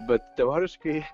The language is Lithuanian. bet teoriškai